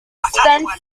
expense